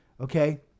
Okay